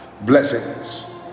blessings